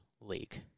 league